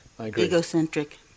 egocentric